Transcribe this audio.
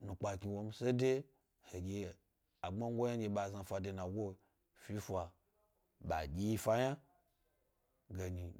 nupkakri wo m. se de he ɗye agbmangi yna nɗye ba zna fa de nago fi efa ba dyi fa yna,